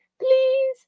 Please